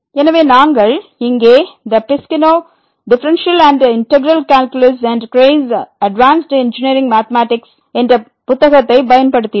எனவே நாங்கள் இங்கே The Piskunov Differential and Integral Calculus and Kreyszig Advanced Engineering Mathematics என்ற புத்தகத்தை பயன்படுத்தினோம்